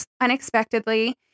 unexpectedly